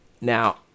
now